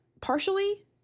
Partially